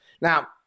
Now